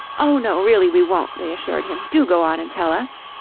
oh, no, really we won't, they assured him, do go on and tell us.